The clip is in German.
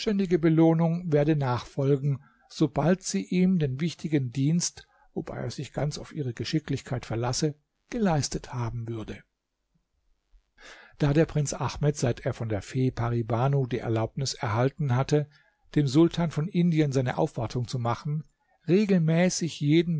belohnung werde nachfolgen sobald sie ihm den wichtigen dienst wobei er sich ganz auf ihre geschicklichkeit verlasse geleistet haben würde da der prinz ahmed seit er von der fee pari banu die erlaubnis erhalten hatte dem sultan von indien seine aufwartung zu machen regelmäßig jeden